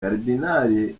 karidinali